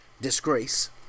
disgrace